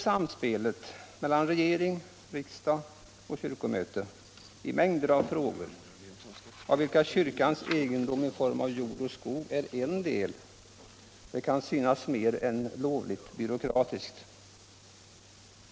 Samspelet mellan regering, riksdag och kyrkomöte i mängder av frågor, av vilka kyrkans egendom i form av jord och skog är en del, kan synas mer än lovligt byråkratiskt.